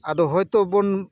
ᱟᱫᱚ ᱦᱳᱭ ᱛᱚ ᱵᱚᱱ